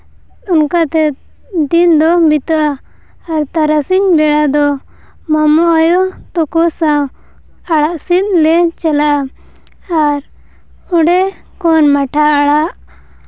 ᱚᱱᱠᱟᱛᱮ ᱫᱤᱱ ᱫᱚ ᱵᱤᱛᱟᱹᱜᱼᱟ ᱟᱨ ᱛᱟᱨᱟᱥᱤᱧ ᱵᱮᱲᱟ ᱫᱚ ᱢᱟᱢᱚ ᱟᱭᱳ ᱛᱟᱠᱳ ᱥᱟᱶ ᱟᱲᱟᱜ ᱥᱤᱫ ᱞᱮ ᱪᱟᱞᱟᱜᱼᱟ ᱟᱨ ᱚᱸᱰᱮ ᱠᱷᱚᱱ ᱢᱟᱴᱷᱟ ᱟᱲᱟᱜ